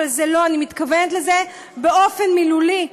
אבל זה לא, אני מתכוונת לזה באופן מילולי.